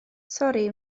sori